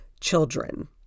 children